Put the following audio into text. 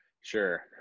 Sure